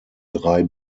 drei